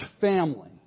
family